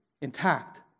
intact